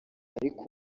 ariko